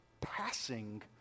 passing